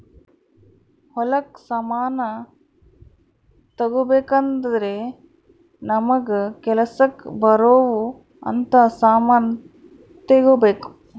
ಹೊಲಕ್ ಸಮಾನ ತಗೊಬೆಕಾದ್ರೆ ನಮಗ ಕೆಲಸಕ್ ಬರೊವ್ ಅಂತ ಸಮಾನ್ ತೆಗೊಬೆಕು